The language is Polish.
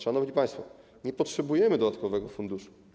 Szanowni państwo, nie potrzebujemy dodatkowego funduszu.